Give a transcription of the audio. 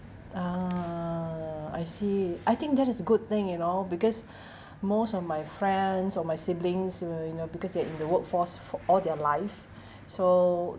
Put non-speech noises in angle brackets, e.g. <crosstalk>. ah I see I think that is a good thing you know because <breath> most of my friends or my siblings uh you know because they're in the workforce for all their life <breath> so